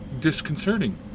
disconcerting